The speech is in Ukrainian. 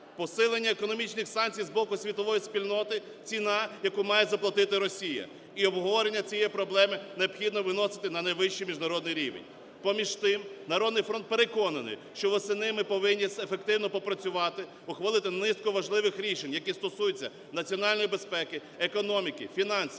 Посилення економічних санкцій з боку світової спільноти – ціна, яку має заплатити Росія. І обговорення цієї проблеми необхідно виносити на найвищий міжнародний рівень. Поміж тим "Народний фронт" переконаний, що восени ми повинні ефективно попрацювати, ухвалити низку важливих рішень, які стосуються національної безпеки, економіки, фінансів,